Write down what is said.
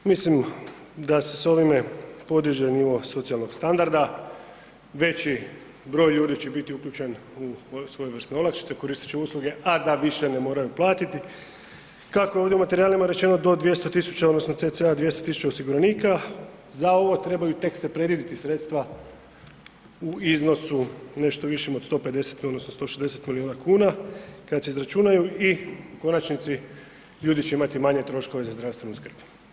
Mislim da se s ovime podiže nivo socijalnog standarda, veći broj ljudi će biti uključen u svojevrsne olakšice, koristit će usluge, a da više ne moraju platiti, kako je ovdje u materijalima rečeno do 200.000 odnosno cca 200.000 osiguranika, za ovo trebaju tek se predvidjeti sredstva u iznosu nešto višem od 150 odnosno 160 milijuna kuna kada se izračunaju i u konačnici ljudi će imati manje troškove za zdravstvenu skrb.